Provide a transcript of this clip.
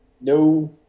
No